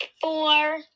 four